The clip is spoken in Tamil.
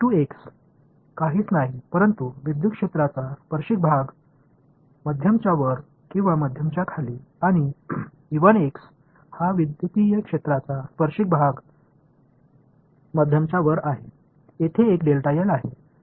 எனவே நான் இந்த இரண்டு சமன்பாடுகளையும் இணைக்கும்போது அவற்றை வெக்டர் களை மனதில் வைத்து இணைக்க வேண்டும்